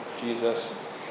Jesus